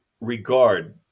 regard